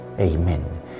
Amen